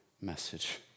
message